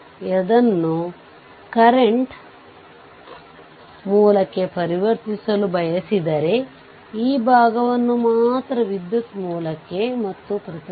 ಇದರಲ್ಲಿ ಹರಿಯುವ ವಿದ್ಯುತ್ ನ್ನು 0 ಮಾಡಿದರೆ